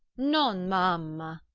non m'ama.